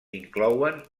inclouen